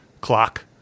clock